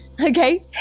Okay